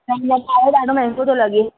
न न ॾाढो माहंगो थो लॻे